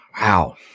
wow